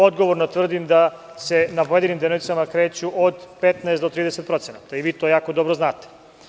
Odgovorno tvrdim da se na pojedinim deonicama kreću od 15 do 30% i vi to jako dobro znate.